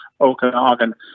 Okanagan